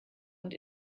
und